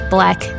Black